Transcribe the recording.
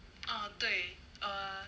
uh 对 um